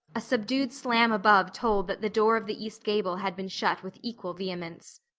a subdued slam above told that the door of the east gable had been shut with equal vehemence.